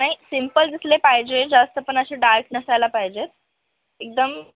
नाही सिम्पल दिसले पाहिजे जास्त पण असे डार्क नसायला पाहिजेत एकदम